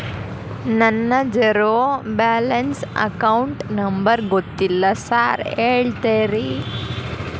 ನನ್ನ zero balance account number ಗೊತ್ತಿಲ್ಲ sir ಹೇಳ್ತೇರಿ?